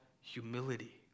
humility